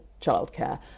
childcare